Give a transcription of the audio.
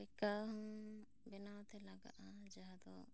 ᱴᱷᱮᱠᱟ ᱦᱚᱸ ᱵᱮᱱᱟᱣ ᱛᱮ ᱞᱟᱜᱟᱜᱼᱟ ᱡᱟᱦᱟᱸ ᱫᱚ ᱢᱟᱜ ᱠᱷᱚᱱᱟᱜ